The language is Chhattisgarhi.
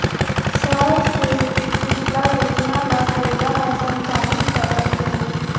सौर सूजला योजना ल क्रेडा ह संचालित करत हे